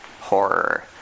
horror